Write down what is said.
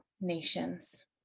Nations